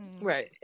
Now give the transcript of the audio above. right